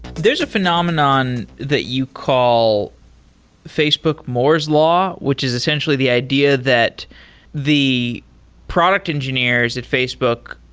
there's a phenomenon that you call facebook moore's law, which is essentially the idea that the product engineers at facebook,